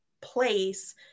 place